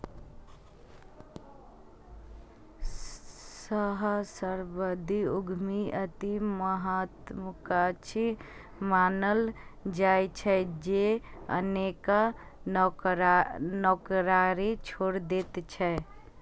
सहस्राब्दी उद्यमी अति महात्वाकांक्षी मानल जाइ छै, जे अनेक नौकरी छोड़ि दैत छै